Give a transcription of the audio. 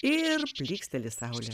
ir plyksteli saulė